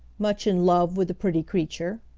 much in love with the pretty creature.